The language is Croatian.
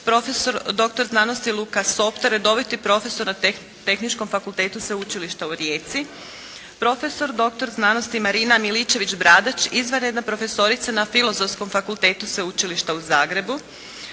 doktor znanosti Luka Sopter, redoviti profesor na Tehničkom fakultetu Sveučilišta u Rijeci, profesor doktor znanosti Marina Miličević Bradač, izvanredna profesorica na Filozofskom fakultetu Sveučilišta u Zagrebu,